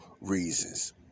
reasons